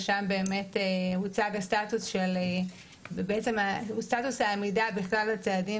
ושם הוצג סטטוס העמידה בכלל הצעדים